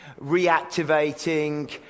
reactivating